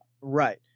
Right